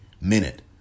minute